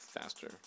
Faster